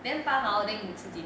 then 八毛 then 你吃几